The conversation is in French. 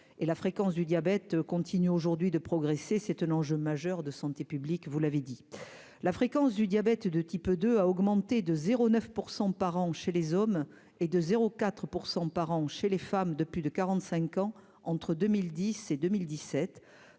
la fréquence du diabète continue aujourd'hui de progresser, c'est un enjeu majeur de santé publique, vous l'avez dit, la fréquence du diabète de type II a augmenté de 0 9 % par an chez les hommes et de 0 4 % par an chez les femmes de plus de 45 ans entre 2010 et 2017,